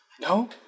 No